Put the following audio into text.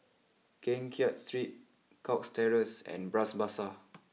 Keng Kiat Street Cox Terrace and Bras Basah